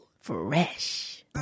fresh